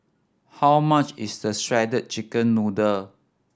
how much is the shredded chicken noodle